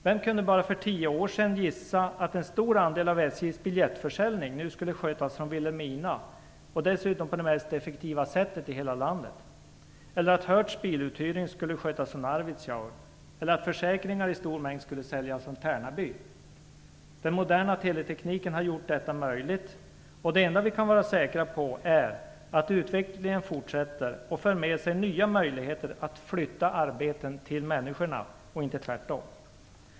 Vem kunde bara för tio år sedan gissa att en stor andel av SJ:s biljettförsäljning nu skulle skötas från Vilhelmina, och dessutom på det mest effektiva sättet i hela landet, eller att Hertz biluthyrning skulle skötas från Arvidsjaur eller att försäkringar i stor mängd skulle säljas från Tärnaby. Den moderna teletekniken har gjort detta möjligt. Det enda vi kan vara säkra på är att utvecklingen fortsätter och för med sig nya möjligheter att flytta arbetena till människorna och inte tvärtom.